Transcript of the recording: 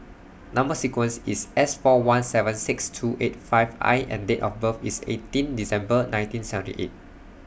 Number sequence IS S four one seven six two eight five I and Date of birth IS eighteen December nineteen seventy eight